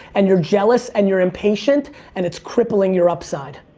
and you're jealous and you're impatient and it's crippling your upside.